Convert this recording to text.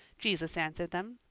jesus answered them,